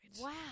Wow